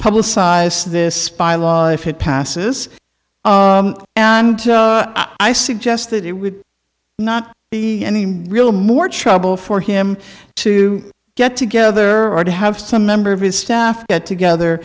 publicize this by law if it passes and i suggest that it would not be any real more trouble for him to get together or to have some member of his staff get together